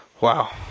Wow